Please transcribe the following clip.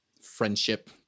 friendship